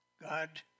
God